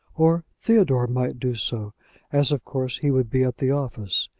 or theodore might do so as of course he would be at the office.